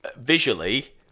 visually